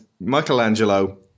Michelangelo